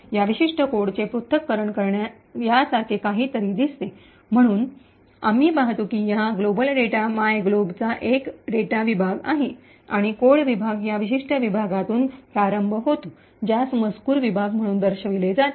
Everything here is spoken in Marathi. या विशिष्ट कोडचे पृथक्करण यासारखे काहीतरी दिसते म्हणून आम्ही पाहतो की या जागतिक डेटा मायग्लोबचा एक डेटा विभाग आहे आणि कोड विभाग या विशिष्ट विभागातून प्रारंभ होतो ज्यास मजकूर विभाग म्हणून दर्शविले जाते